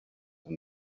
and